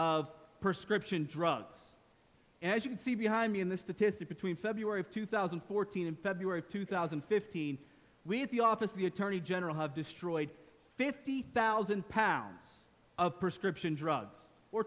of per script and drugs and as you can see behind me in the statistic between february of two thousand and fourteen in february two thousand and fifteen we at the office of the attorney general have destroyed fifty thousand pounds of prescription drugs or